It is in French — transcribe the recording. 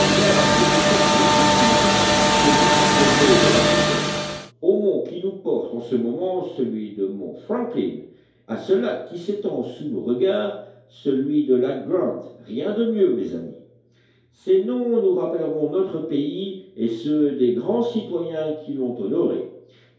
large échancrure du sud celui de baie washington au mont qui nous porte en ce moment celui de mont franklin à ce lac qui s'étend sous nos regards celui de lac grant rien de mieux mes amis ces noms nous rappelleront notre pays et ceux des grands citoyens qui l'ont honoré